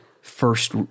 first